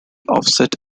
offset